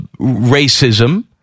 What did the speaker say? racism